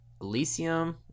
elysium